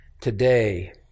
today